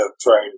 trying